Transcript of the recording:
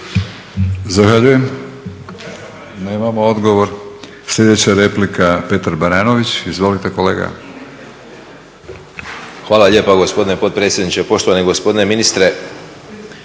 Zahvaljujem. Nemamo odgovor. Sljedeća replika, Petar Baranović. Izvolite kolega. **Baranović, Petar (Nezavisni)** Hvala lijepa gospodine potpredsjedniče. Poštovani gospodine ministre,